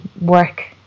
work